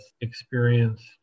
experienced